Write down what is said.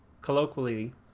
colloquially